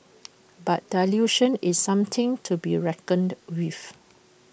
but dilution is something to be reckoned with